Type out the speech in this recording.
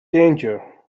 danger